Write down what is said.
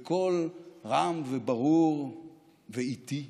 בקול רם, ברור ואיטי,